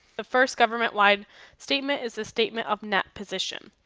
the first government-wide statement is a statement of net position.